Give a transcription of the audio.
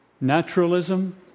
Naturalism